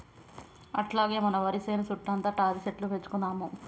అట్లాగే మన వరి సేను సుట్టుతా తాటిసెట్లు పెంచుదాము